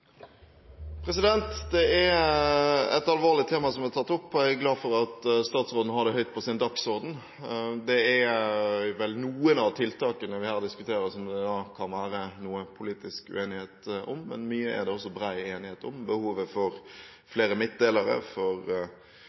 et alvorlig tema som er tatt opp. Jeg er glad for at statsråden har det høyt oppe på sin dagsorden. Noen av tiltakene vi her diskuterer, kan det vel være noe politisk uenighet om, men mye er det også bred enighet om. Det gjelder behovet for flere midtdelere, trygge bruksveier – med gul midtstripe – i distriktene, innsats for